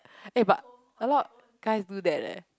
eh but a lot guys do that leh